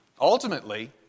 Ultimately